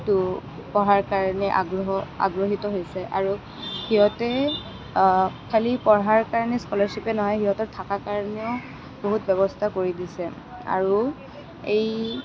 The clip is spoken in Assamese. টো পঢ়াৰ কাৰণে আগ্ৰহ আগ্ৰহীত হৈছে আৰু সিহঁতে খালি পঢ়াৰ কাৰণে স্ক'লাৰশ্বিপেই নহয় সিহঁতৰ থকাৰ কাৰণেও বহুত ব্যৱস্থা কৰি দিছে আৰু এই